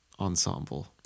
ensemble